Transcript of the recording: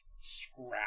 scrap